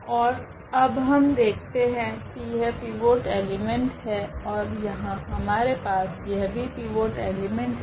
ओर अब हम देखते है की यह पिवोट एलीमेंट है ओर यहाँ हमारे पास यह भी पिवोट एलीमेंट है